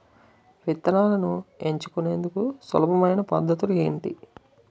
విత్తనాలను ఎంచుకునేందుకు సులభమైన పద్ధతులు ఏంటి?